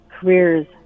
careers